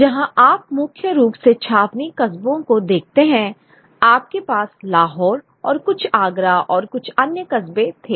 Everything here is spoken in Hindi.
जहां आप मुख्य रूप से छावनी कस्बों को देखते हैं आपके पास लाहौर और कुछ आगरा और कुछ अन्य कस्बे थे